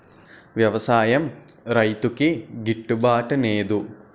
వ్యవసాయం రైతుకి గిట్టు బాటునేదు